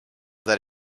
that